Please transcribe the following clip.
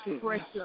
pressure